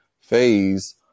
phase